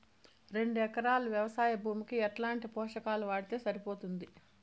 రెండు ఎకరాలు వ్వవసాయ భూమికి ఎట్లాంటి పోషకాలు వాడితే సరిపోతుంది?